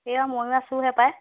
এইয়া ময়ো আছোঁ হে পায়